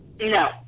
No